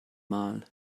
mal